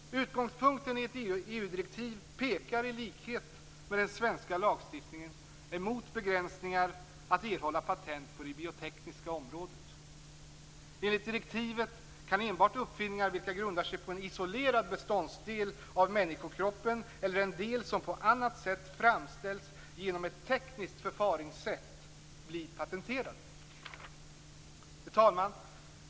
Utgångspunkten i ett EU-direktiv pekar i likhet med den svenska lagstiftningen mot begränsningar i rätten att erhålla patent på det biotekniska området. Enligt direktivet kan enbart uppfinningar vilka grundar sig på en isolerad beståndsdel av människokroppen eller en del som på annat sätt framställs genom ett tekniskt förfaringssätt bli patenterade. Fru talman!